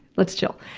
let's chill.